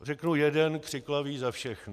Řeknu jeden křiklavý za všechny.